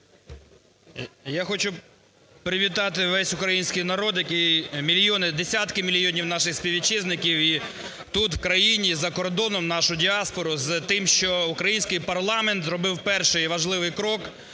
Я хочу привітати весь український народ, який… мільйони, десятки мільйонів наших співвітчизників і тут, в країні, і за кордоном нашу діаспору з тим, що український парламент зробив перший і важливий крок